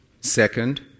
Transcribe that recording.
second